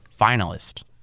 finalist